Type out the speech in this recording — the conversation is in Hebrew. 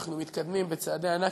אנחנו מתקדמים בצעדי ענק.